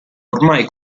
ormai